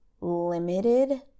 limited